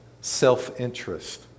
self-interest